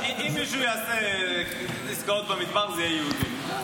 אם מישהו יעשה עסקאות במדבר, זה יהיה יהודים.